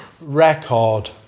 record